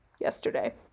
yesterday